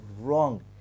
wrong